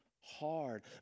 hard